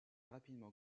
rapidement